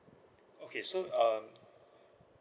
okay so um